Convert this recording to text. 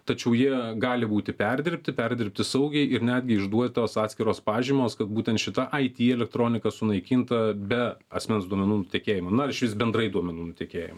tačiau jie gali būti perdirbti perdirbti saugiai ir netgi išduotos atskiros pažymos kad būtent šita it elektronika sunaikinta be asmens duomenų nutekėjimo na ir išvis bendrai duomenų nutekėjimo